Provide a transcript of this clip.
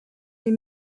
les